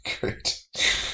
Great